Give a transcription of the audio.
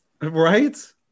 Right